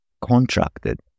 contracted